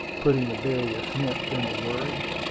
putting the various hints into words.